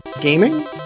gaming